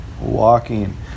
walking